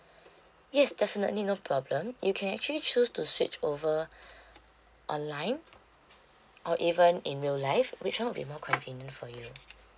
yes definitely no problem you can actually choose to switch over online or even in real life which one would be more convenient for you